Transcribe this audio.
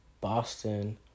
Boston